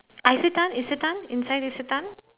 isetan isetan inside isetan